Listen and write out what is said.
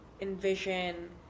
envision